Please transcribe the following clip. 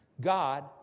God